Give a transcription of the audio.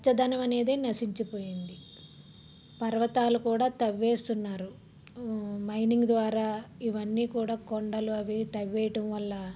పచ్చదనం అనేది నశించిపోయింది పర్వతాలు కూడా తవ్వేస్తున్నారు మైనింగ్ ద్వారా ఇవన్నీ కూడా కొండలు అవి తవ్వేయటం వల్ల